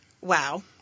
Wow